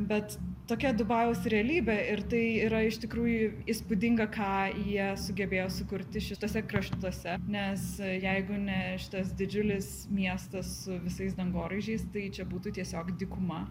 bet tokia dubajaus realybė ir tai yra iš tikrųjų įspūdinga ką jie sugebėjo sukurti šituose kraštuose nes jeigu ne šitas didžiulis miestas su visais dangoraižiais tai čia būtų tiesiog dykuma